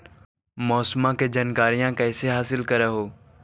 मौसमा के जनकरिया कैसे हासिल कर हू?